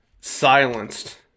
silenced